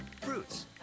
fruits